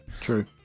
True